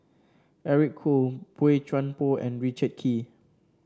Eric Khoo Boey Chuan Poh and Richard Kee